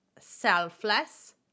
selfless